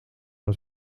uit